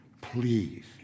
please